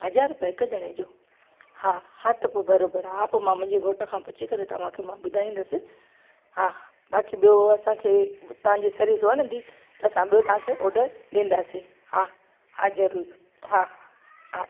हज़ारु रुपया हिकु ॼणे जो हा हा त पोइ बरोबर आहे हा पोइ मां मुंहिंजे घोट खां पुछी करे तव्हांखे मां ॿुधाईंदसि हा बाक़ी ॿियो असांखे तव्हांजी सर्विस वणंदी त असां ॿियो तव्हांखे ऑडर ॾींदासीं हा हा ज़रूरु हा हा